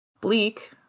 bleak